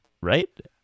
Right